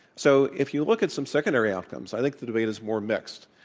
so if you look at some secondary outcomes, i think the debate is more mixed,